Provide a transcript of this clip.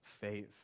faith